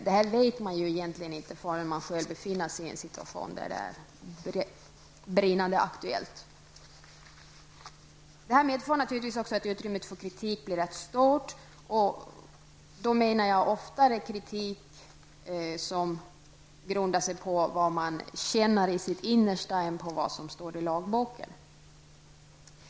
Det här vet man egentligen inte förrän man själv befinner sig i en situation då det är brinnande aktuellt. Det här medför naturligtvis att utrymmet för kritik blir rätt stort. Jag menar då framför allt kritik som mera grundar sig på vad man känner i sitt innersta än på vad som står i lagboken.